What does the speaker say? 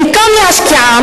במקום להשקיעם,